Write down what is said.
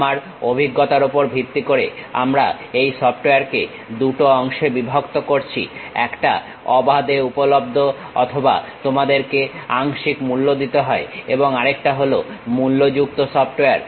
আমার অভিজ্ঞতার উপর ভিত্তি করে আমরা এই সফটওয়্যারকে দুটো অংশে বিভক্ত করছি একটা অবাধে উপলব্ধ অথবা তোমাদেরকে আংশিক মূল্য দিতে হয় এবং আরেকটা হলো মূল্য যুক্ত সফটওয়্যার